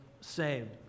saved